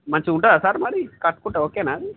మంచిగా ఉంటుందా సార్ మరి కట్టుకుంటే ఓకేనా అది